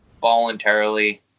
voluntarily